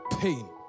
pain